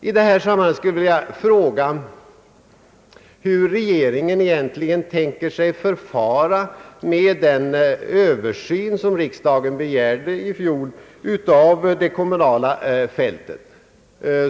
I detta sammanhang skulle jag vilja fråga hur regeringen egentligen tänker sig att förfara med den översyn som riksdagen begärde i fjol av det kommunala fältet.